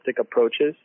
approaches